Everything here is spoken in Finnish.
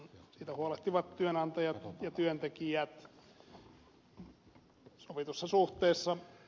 siitä huolehtivat työnantajat ja työntekijät sovitussa suhteessa